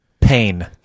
pain